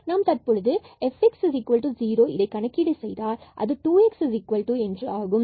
நாம் தற்பொழுது fx0 இதை கணக்கிட செய்தால் இது 2x0 என்று ஆகும்